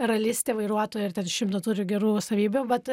ralistė vairuotoja ir ten šimtą turi gerų savybių vat